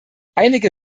einige